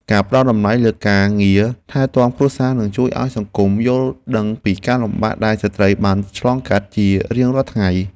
ការផ្តល់តម្លៃលើការងារថែទាំគ្រួសារនឹងជួយឱ្យសង្គមយល់ដឹងពីការលំបាកដែលស្ត្រីបានឆ្លងកាត់ជារៀងរាល់ថ្ងៃ។